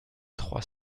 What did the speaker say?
trois